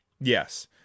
yes